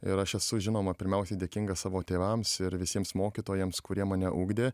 ir aš esu žinoma pirmiausia dėkingas savo tėvams ir visiems mokytojams kurie mane ugdė